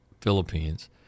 Philippines